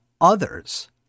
others